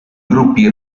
gruppi